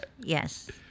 Yes